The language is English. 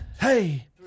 Hey